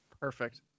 Perfect